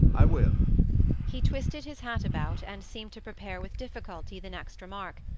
i will he twisted his hat about, and seemed to prepare with difficulty the next remark,